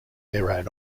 their